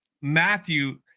Matthew